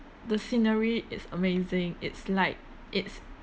the scenery it's amazing it's like it's